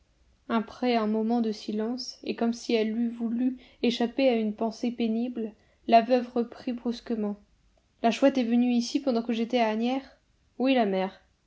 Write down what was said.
après un moment de silence et comme si elle eût voulu échapper à une pensée pénible la veuve reprit brusquement la chouette est venue ici pendant que j'étais à asnières oui la mère